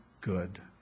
good